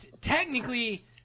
technically